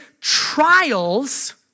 trials